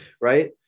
right